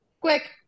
quick